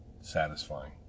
satisfying